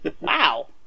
Wow